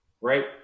right